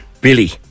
Billy